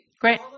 Great